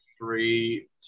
three